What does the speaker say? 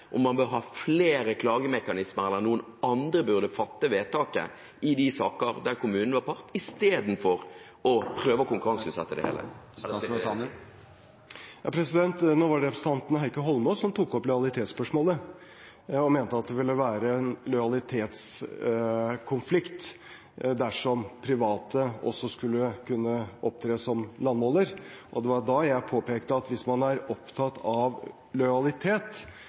om en bør ha flere klagemekanismer eller at noen andre burde fatte vedtaket i de saker der kommunen er part, istedenfor å prøve å konkurranseutsette det hele eller slippe det fri? Nå var det representanten Heikki Eidsvoll Holmås som tok opp lojalitetsspørsmålet og mente det ville være en lojalitetskonflikt dersom private også skulle kunne opptre som landmåler, og det var da jeg påpekte at hvis man er opptatt av lojalitet,